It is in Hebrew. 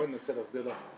אז בואי אני אנסה להסביר לך,